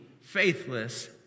faithless